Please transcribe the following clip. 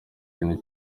kimwe